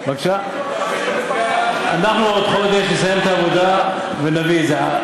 אנחנו בעוד חודש נסיים את העבודה ונביא את זה.